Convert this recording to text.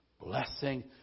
blessing